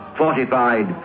fortified